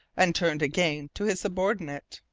and turned again to his subordinate.